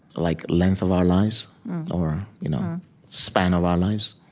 like length of our lives or you know span of our lives